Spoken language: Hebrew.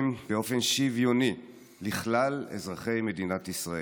באופן שוויוני לכלל אזרחי מדינת ישראל.